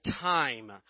time